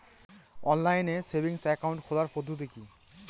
Online savings account খোলার পদ্ধতি কি?